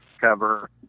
cover